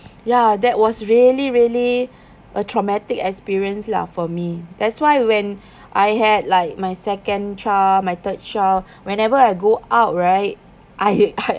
ya that was really really a traumatic experience lah for me that's why when I had like my second child my third child whenever I go out right I I